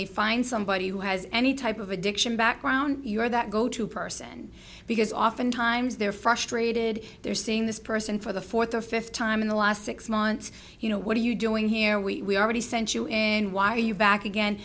they find somebody who has any type of addiction background you or that go to person because oftentimes they're frustrated they're seeing this person for the fourth or fifth time in the last six months you know what are you doing here we already sent you in why are you back again